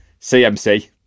CMC